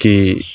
कि